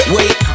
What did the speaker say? Wait